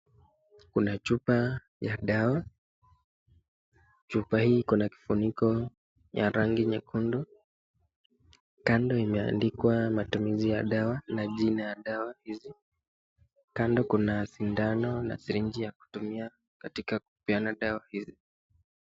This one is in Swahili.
Kuna chupa ya dawa. Chupa hii iko na kifuniko ya rangi nyekundu. Kando imendikwa matumizi ya dawa na jina ya dawa hizi. Kando kuna sindano na sirinji ya kutumia katika kupeana dawa hizi.